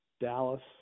Dallas